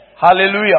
Hallelujah